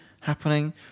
happening